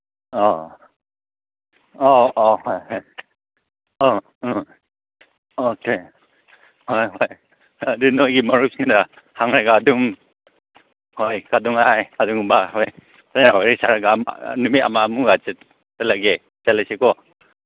ꯑꯧ ꯑꯧ ꯑꯧ ꯍꯣꯏ ꯍꯣꯏ ꯑ ꯑ ꯑꯣꯀꯦ ꯍꯣꯏ ꯍꯣꯏ ꯑꯗꯨ ꯅꯣꯏꯒꯤ ꯃꯔꯨꯞꯁꯤꯡꯗ ꯍꯪꯉꯒ ꯑꯗꯨꯝ ꯍꯣꯏ ꯀꯗꯧꯉꯩꯒꯨꯝꯕ ꯍꯣꯏ ꯈꯔ ꯋꯥꯔꯤ ꯁꯥꯔꯒ ꯅꯨꯃꯤꯠ ꯑꯃꯃꯨꯛꯀ ꯆꯠꯂꯒꯦ ꯆꯠꯂꯁꯦꯀꯣ